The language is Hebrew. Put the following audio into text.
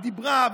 ודיברה,